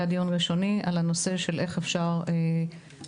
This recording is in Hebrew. דיון ראשוני על הנושא של איך אפשר לעבוד